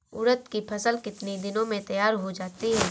उड़द की फसल कितनी दिनों में तैयार हो जाती है?